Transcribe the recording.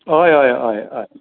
हय हय हय